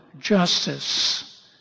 justice